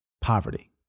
poverty